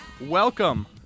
Welcome